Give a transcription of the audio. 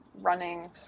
running